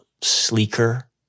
sleeker